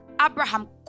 Abraham